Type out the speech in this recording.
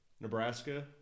Nebraska